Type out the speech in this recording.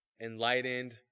enlightened